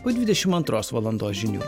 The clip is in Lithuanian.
po dvidešim antros valandos žinių